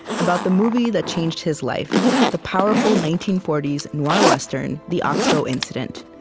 about the movie that changed his life, the powerful nineteen forty s noir-western, the ox-bow incident.